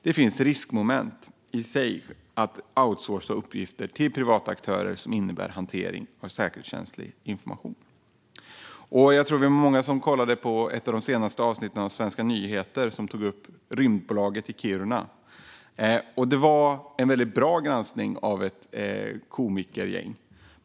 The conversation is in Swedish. Det finns riskmoment i sig att outsourca uppgifter till privata aktörer som innebär hantering av säkerhetskänslig information. Jag tror att vi var många som kollade på ett av de senaste avsnitten av Svenska nyheter som tog upp Rymdbolaget i Kiruna. Det var en mycket bra granskning av ett komikergäng.